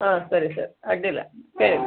ಹಾಂ ಸರಿ ಸರ್ ಅಡ್ಡಿಯಿಲ್ಲ